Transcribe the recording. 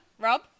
Rob